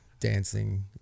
Dancing